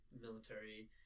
military